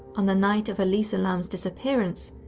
on the night of elisa lam's disappearance,